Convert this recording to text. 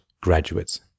graduates